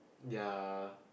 their